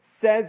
says